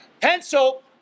Pencil